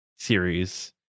series